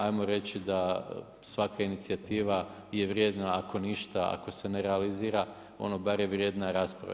Ajmo reći da svaka inicijativa je vrijedna, ako ništa ako se ne realizira, ono bar je vrijedna rasprave.